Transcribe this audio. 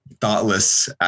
thoughtless